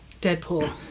Deadpool